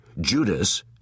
Judas